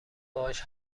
باهاش